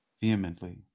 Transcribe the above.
vehemently